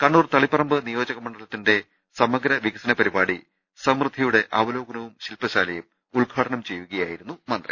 കണ്ണൂർ തളിപ്പറമ്പ് നിയോജകമണ്ഡലത്തിന്റെ സമഗ്ര വികസന പരിപാടി സമൃദ്ധിയുടെ അവലോകനവും ശിൽപ്പശാലയും ഉദ്ഘാടനം ചെയ്യുകയാ യിരുന്നു മന്ത്രി